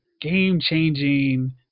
game-changing